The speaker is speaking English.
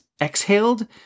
exhaled